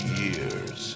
years